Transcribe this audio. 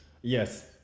yes